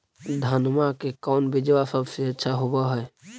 धनमा के कौन बिजबा सबसे अच्छा होव है?